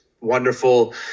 wonderful